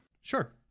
Sure